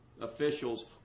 officials